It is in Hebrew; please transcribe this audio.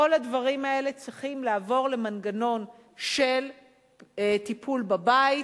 כל הדברים האלה צריכים לעבור למנגנון של טיפול בבית,